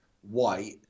white